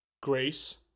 grace